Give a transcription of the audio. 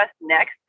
next